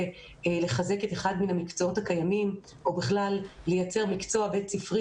לחזק את אחד המקצועות הקיימים או בכלל לייצר מקצוע בית ספרי